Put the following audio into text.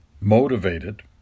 motivated